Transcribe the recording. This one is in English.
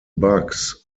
bugs